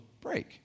break